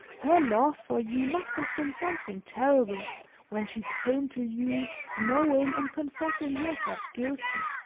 her love for you must have been something terrible when she came to you knowing and confessing herself guilty,